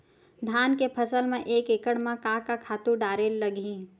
धान के फसल म एक एकड़ म का का खातु डारेल लगही?